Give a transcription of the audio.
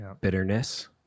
bitterness